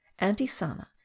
antisana